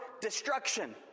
destruction